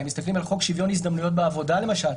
אם מסתכלים על חוק שוויון הזדמנויות בעבודה למשל,